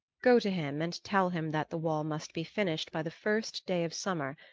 go to him and tell him that the wall must be finished by the first day of summer,